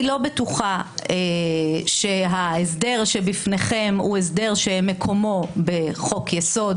אני לא בטוחה שההסדר שבפניכם הוא הסדר שמקומו בחוק-יסוד,